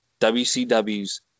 wcw's